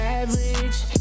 average